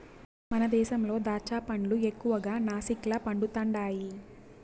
మన దేశంలో దాచ్చా పండ్లు ఎక్కువగా నాసిక్ల పండుతండాయి